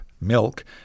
milk